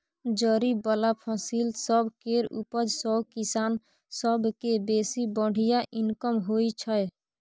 जरि बला फसिल सब केर उपज सँ किसान सब केँ बेसी बढ़िया इनकम होइ छै